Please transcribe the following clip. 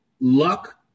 luck